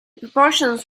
proportions